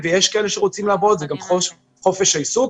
זאת ועוד,